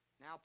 Now